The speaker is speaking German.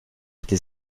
hätte